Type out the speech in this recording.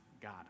God